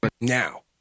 Now